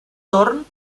torn